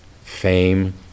fame